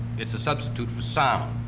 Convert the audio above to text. it's a substitute for sound.